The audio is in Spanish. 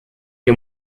que